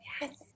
Yes